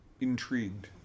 intrigued